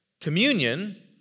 communion